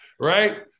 right